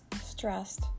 stressed